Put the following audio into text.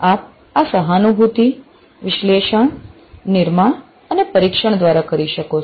આપ આ સહાનુભૂતિ વિશ્લેષણ નિર્માણ અને પરીક્ષણ દ્વારા કરી શકો છો